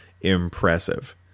impressive